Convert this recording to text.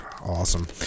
Awesome